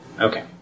Okay